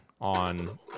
on